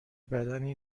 بدنی